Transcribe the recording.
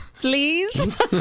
Please